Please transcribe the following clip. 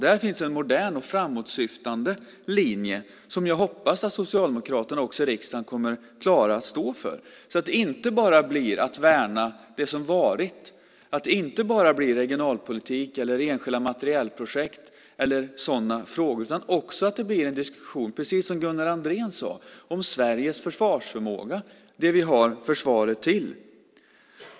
Där finns en modern och framåtsyftande linje som jag hoppas att Socialdemokraterna också i riksdagen kommer att klara att stå för, så att det inte bara blir att värna det som varit, att det inte bara blir regionalpolitik eller enskilda materielprojekt eller sådana frågor utan att det också blir en diskussion, precis som Gunnar Andrén sade, om Sveriges försvarsförmåga, det som vi har försvaret till.